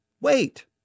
wait